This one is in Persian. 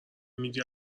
میدی